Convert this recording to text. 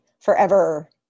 forever